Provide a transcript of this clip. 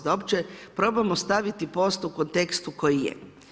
Da uopće probamo ostaviti posao u kontekstu koji je.